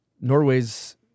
Norway's